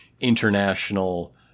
international